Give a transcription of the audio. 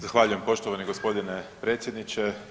Zahvaljujem poštovani g. predsjedniče.